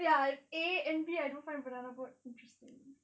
ya and A and B I don't find banana boat interesting